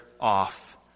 off